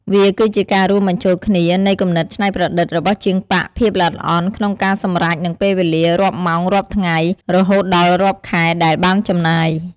វាគឺជាការរួមបញ្ចូលគ្នានៃ គំនិតច្នៃប្រឌិត របស់ជាងប៉ាក់ ភាព ល្អិតល្អន់ ក្នុងការសម្រេច និង ពេលវេលា រាប់ម៉ោង រាប់ថ្ងៃ រហូតដល់រាប់ខែដែលបានចំណាយ។